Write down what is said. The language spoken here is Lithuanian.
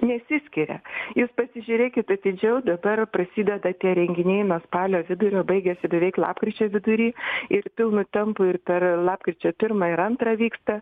nesiskiria jūs pasižiūrėkit atidžiau dabar prasideda tie renginiai nuo spalio vidurio baigiasi beveik lapkričio vidury ir pilnu tempu ir per lapkričio pirmą ir antrą vyksta